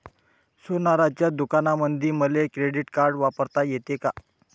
सोनाराच्या दुकानामंधीही मले क्रेडिट कार्ड वापरता येते का?